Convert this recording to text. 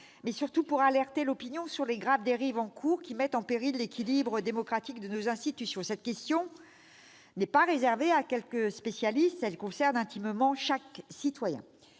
mais surtout pour alerter l'opinion sur les graves dérives en cours, qui mettent en péril l'équilibre démocratique de nos institutions. Cette question n'est pas réservée à quelques spécialistes. Elle concerne intimement chaque citoyen.